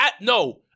No